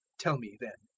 tell me, then,